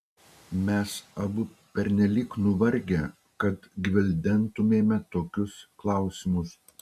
mes abu pernelyg nuvargę kad gvildentumėme tokius klausimus